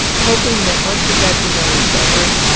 hoping that once we got to know each other,